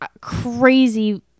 crazy